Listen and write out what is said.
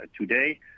today